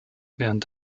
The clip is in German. während